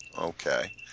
Okay